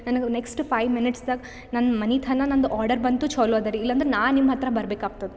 ನನಗೆ next five ಮಿನಿಟ್ಸ್ದಾಗ ನನ್ನ ಮನೆತನ ನಂದು ಆರ್ಡರ್ ಬಂತು ಛಲೋ ಅದರೀ ಇಲ್ಲ ಅಂದ್ರೆ ನಾನು ನಿಮ್ಮ ಹತ್ತಿರ ಬರ್ಬೇಕ್ ಆಗ್ತದೆ